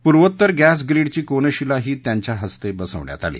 पूर्वोत्तर गॅस ग्रीडची कोनशिलाही त्यांच्या हस्ते बसवण्यात आली